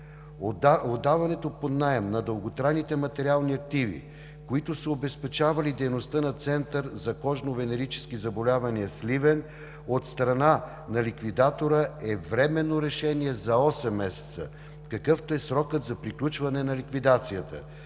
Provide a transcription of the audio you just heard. Отдаването под наем на дълготрайните материални активи, които са обезпечавали дейността на Центъра за кожно-венерически заболявания – Сливен, от страна на ликвидатора е временно решение за 8 месеца, какъвто е срокът за приключване на ликвидацията,